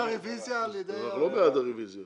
מי בעד הרביזיה?